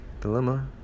Dilemma